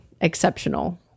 exceptional